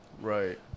Right